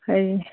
হেৰি